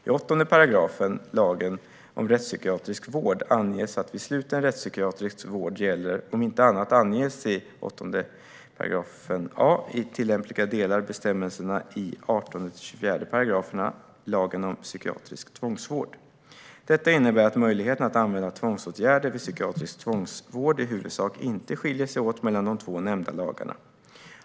I 8 § lagen om rättspsykiatrisk vård anges att vid sluten rättspsykiatrisk vård gäller, om inte annat anges i 8 a §, i tillämpliga delar bestämmelserna i 18-24 §§ lagen om psykiatrisk tvångsvård. Detta innebär att möjligheterna att använda tvångsåtgärder vid psykiatrisk tvångsvård i huvudsak inte skiljer sig åt mellan de två nämnda lagarna.